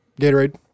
Gatorade